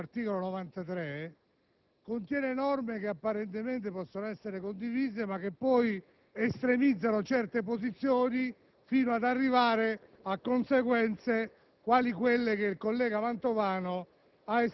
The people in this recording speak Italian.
Qui stiamo parlando di persone che rischiano la vita per 1300 euro al mese. È indegno non votare un emendamento che moduli il taglio degli straordinari alle Forze di polizia, ai Vigili del fuoco e alle Forze armate.